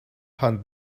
hunt